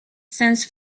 sens